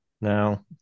Now